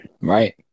Right